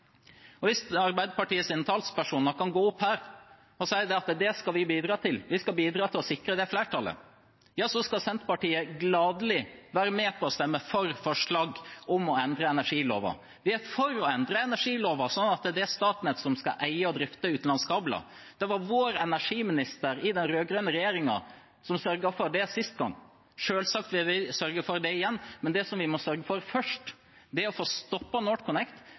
Hvis Arbeiderpartiets talspersoner kan gå opp her og si at det skal vi bidra til, vi skal bidra til å sikre det flertallet, så skal Senterpartiet gladelig være med på å stemme for forslag om å endre energiloven. Vi er for å endre energiloven, sånn at det er Statnett som skal eie og drifte utenlandskabler. Det var vår energiminister i den rød-grønne regjeringen som sørget for det sist gang. Selvsagt vil vi sørge for det igjen, men det vi må sørge for først, er å få stoppet NorthConnect,